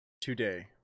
today